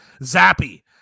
Zappy